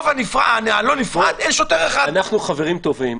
אנחנו חברים טובים,